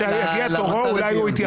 כשיגיע תורו אולי הוא יתייחס.